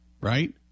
Right